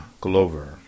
Glover